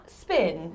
spin